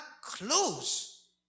close